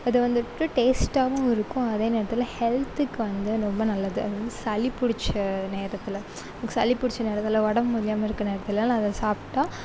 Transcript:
அது வந்துட்டு டேஸ்ட்டாகவும் இருக்கும் அதே நேரத்தில் ஹெல்த்துக்கு வந்து ரொம்ப நல்லது அது வந்து சளி பிடிச்ச நேரத்தில் சளி பிடிச்ச நேரத்தில் உடம்பு முடியாமல் இருக்க நேரத்துலெலாம் அதை சாப்பிட்டா